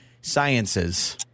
sciences